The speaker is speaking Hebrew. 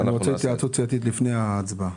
אני רוצה התייעצות סיעתית לפני הצבעה.